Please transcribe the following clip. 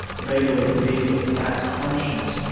nagel believes a bat's conscience